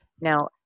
Now